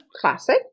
Classic